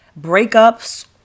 breakups